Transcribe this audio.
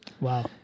Wow